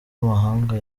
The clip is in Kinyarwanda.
amahanga